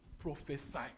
prophesy